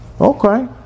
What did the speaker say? okay